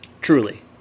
truly